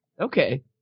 Okay